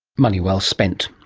money well spent.